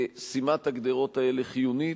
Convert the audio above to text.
שימת הגדרות האלה חיונית.